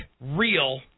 real